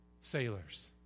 sailors